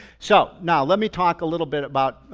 so now let me talk a little bit about,